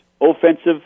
offensive